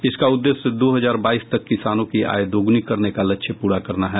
इसका उद्देश्य दो हजार बाईस तक किसानों की आय दोगुनी करने का लक्ष्य पूरा करना है